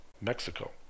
Mexico